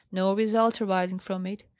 no result arising from it.